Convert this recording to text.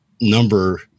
number